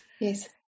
Yes